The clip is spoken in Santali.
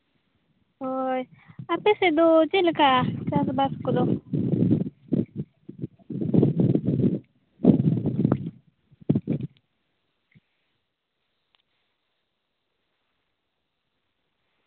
ᱦᱳᱭ ᱟᱯᱮ ᱥᱮᱫ ᱫᱚ ᱪᱮᱫᱞᱮᱠᱟ ᱪᱟᱥᱵᱟᱥ ᱠᱚᱫᱚ